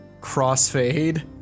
crossfade